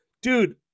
dude